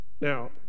Now